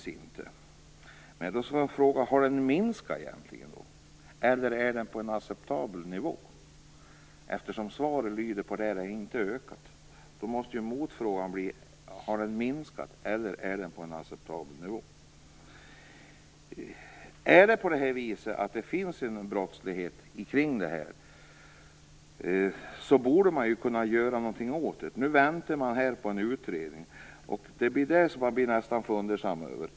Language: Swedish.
Då skulle jag vilja fråga: Har den minskat, eller är den på en acceptabel nivå? Eftersom svaret antyder att den inte har ökat måste motfrågan bli: Har den minskat, eller är den på en acceptabel nivå? Finns det en brottslighet kring detta borde man ju kunna göra någonting åt det. Nu väntar man på en utredning, och det gör mig litet fundersam.